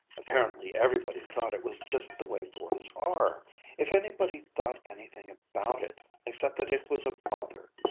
apparently everybody thought it was just the way boys are if anybody thought anything about it, except that it was a bother.